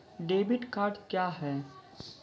Debit card क्या हैं?